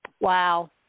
Wow